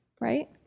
Right